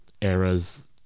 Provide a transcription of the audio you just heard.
eras